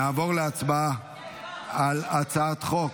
נעבור להצבעה על הצעת חוק